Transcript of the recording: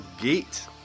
Gate